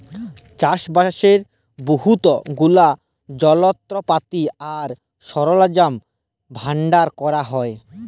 চাষবাসের বহুত গুলা যলত্রপাতি আর সরল্জাম ব্যাভার ক্যরা হ্যয়